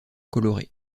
colorées